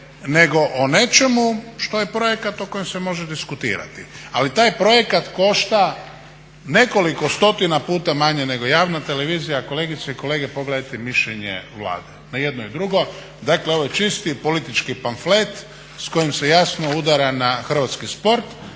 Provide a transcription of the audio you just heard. nego o nečemu što je projekat o kojem se može diskutirati. Ali taj projekat košta nekoliko stotina puta manje nego javna televizija. Kolegice i kolege, pogledajte mišljenje Vlade na jedno i drugo, dakle ovo je čisti politički ponflet s kojim se jasno udara na hrvatski sport